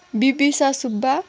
Bipisa Subba